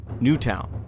Newtown